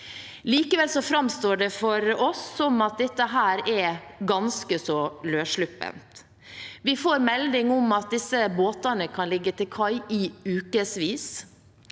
Likevel framstår det for oss som at dette er ganske så løssluppent. Vi får melding om at disse båtene kan ligge til kai i ukesvis.